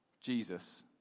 Jesus